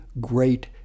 great